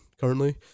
currently